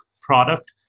product